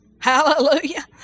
Hallelujah